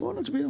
בוא נצביע.